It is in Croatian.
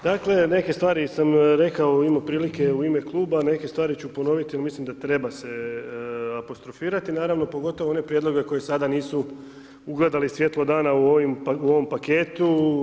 Dakle, neke stvari sam rekao imo prilike u ime kluba, neke stvari ću ponovit jer mislim da treba se apostrofirati, naravno pogotovo one prijedloge koji sada nisu ugledali svjetlo dana u ovom paketu.